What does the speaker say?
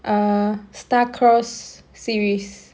err star crossed series